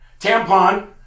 Tampon